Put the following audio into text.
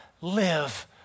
live